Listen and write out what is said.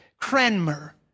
Cranmer